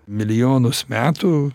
milijonus metų